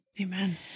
Amen